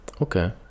Okay